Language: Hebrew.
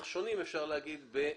אך שונים אפשר לומר,